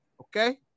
Okay